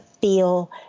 feel